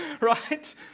right